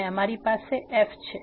અને અમારી પાસે f છે